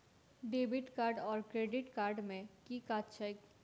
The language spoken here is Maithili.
डेबिट कार्ड आओर क्रेडिट कार्ड केँ की काज छैक?